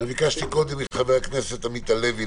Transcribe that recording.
קודם לחבר הכנסת עמית הלוי,